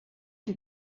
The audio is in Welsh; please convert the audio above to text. chi